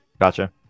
Gotcha